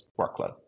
workload